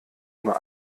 nur